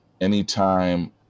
anytime